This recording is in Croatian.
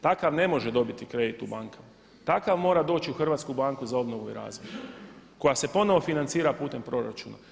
Takav ne može dobit kredit u bankama, takav mora doći u Hrvatsku banku za obnovu i razvoj koja se ponovno financira putem proračuna.